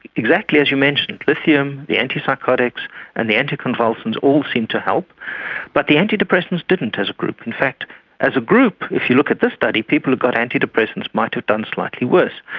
exactly as you mentioned lithium, the antipsychotics and the anticonvulsants all seem to help but the antidepressants didn't as a group. in fact as a group, if you look at this study, people who got antidepressants might have done slightly worse.